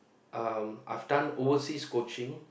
um I've done overseas coaching